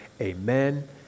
amen